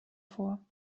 vor